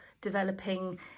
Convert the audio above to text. developing